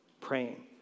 praying